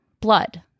blood